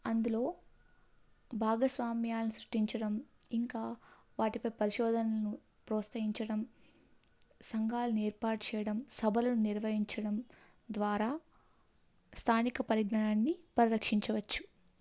అందులో భాగస్వామ్యాలను సృష్టించడం ఇంకా వాటిపై పరిశోధనను ప్రోత్సహించడం సంఘాలు ఏర్పాటు చేయడం సభలను నిర్వహించడం ద్వారా స్థానిక పరిజ్ఞనాన్ని పరిరక్షించవచ్చు